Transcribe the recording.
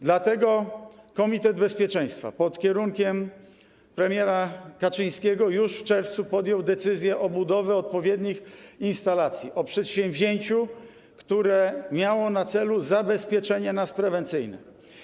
Dlatego komitet bezpieczeństwa pod kierunkiem premiera Kaczyńskiego już w czerwcu podjął decyzję o budowie odpowiednich instalacji, o przedsięwzięciu, które miało na celu zabezpieczenie nas prewencyjne.